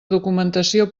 documentació